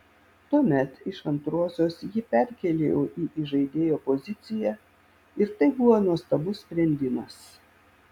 tuomet iš antrosios jį perkėliau į įžaidėjo poziciją ir tai buvo nuostabus sprendimas